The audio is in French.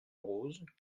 roses